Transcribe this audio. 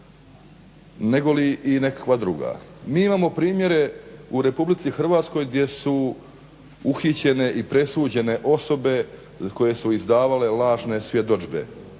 negoli i nekakva druga. Mi imamo primjere u RH gdje su uhićene i presuđene osobe koje su izdavale lažne svjedodžbe.